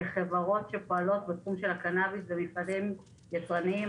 וחברות שפועלות בתחום של הקנביס ומפעלים יצרניים,